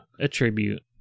attribute